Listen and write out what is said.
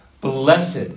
Blessed